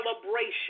celebration